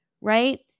right